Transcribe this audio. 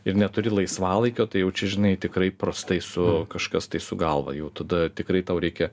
ir neturi laisvalaikio tai jau čia žinai tikrai prastai su kažkas tai su galva jau tada tikrai tau reikia